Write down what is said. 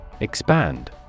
Expand